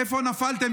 איפה נפלתם?